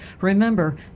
remember